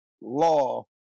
Law